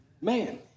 Man